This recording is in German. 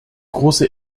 große